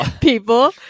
people